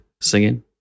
singing